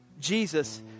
Jesus